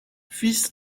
fils